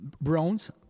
bronze